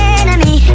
enemy